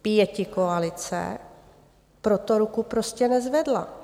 Pětikoalice pro to ruku prostě nezvedla.